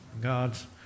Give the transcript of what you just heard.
God's